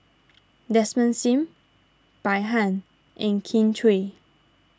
Desmond Sim Bai Han and Kin Chui